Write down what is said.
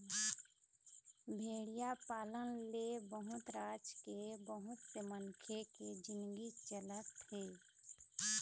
भेड़िया पालन ले बहुत राज के बहुत से मनखे के जिनगी चलत हे